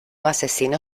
asesino